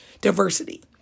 diversity